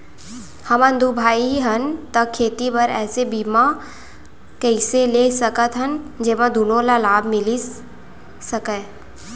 हमन दू भाई हन ता खेती बर ऐसे बीमा कइसे ले सकत हन जेमा दूनो ला लाभ मिलिस सकए?